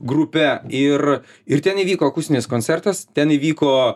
grupe ir ir ten įvyko akustinis koncertas ten įvyko